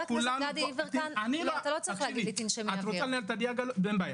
את רוצה לנהל אין בעיה.